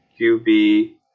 QB